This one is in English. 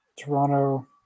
Toronto